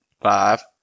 Five